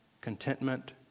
contentment